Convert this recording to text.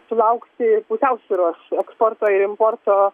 sulaukti pusiausvyros eksporto ir importo